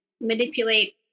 manipulate